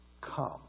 Come